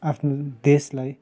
आफ्नो देशलाई